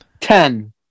Ten